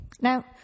Now